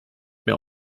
mehr